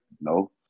No